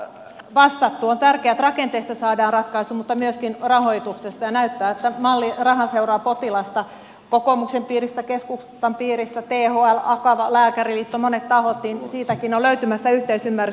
on tärkeää että rakenteista saadaan ratkaisu mutta myöskin rahoituksesta ja näyttää että mallista raha seuraa potilasta kokoomuksen piiristä keskustan piiristä thl akava lääkäriliitto monet tahot on siitäkin löytymässä yhteisymmärrys